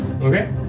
Okay